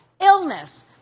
illness